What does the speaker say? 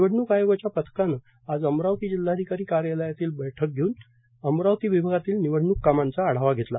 निवडणूक आयोगाच्या पथकाने आज अमरावती जिल्हाधिकारी कार्यालयात बैठक घेऊन अमरावती विभागातील निवडणूक कामांचा आढावा घेतला